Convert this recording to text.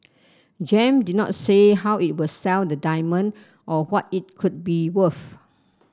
Gem did not say how it will sell the diamond or what it could be worth